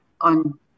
on